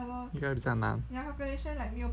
应该比较难